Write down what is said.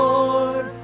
Lord